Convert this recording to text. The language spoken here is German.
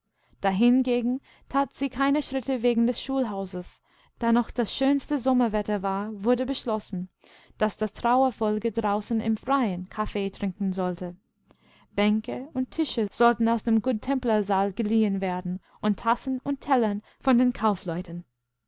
dahingegen tat sie keine schritte wegen des schulhauses da noch das schönste sommerwetter war wurde beschlossen daß das trauergefolge draußen im freien kaffee trinken sollte bänke und tische sollten aus dem goodtemplersaal geliehen werden und tassen und tellervondenkaufleuten einigearbeiterfrauen dieinihrentruhenallerlei